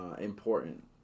important